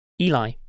Eli